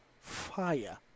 fire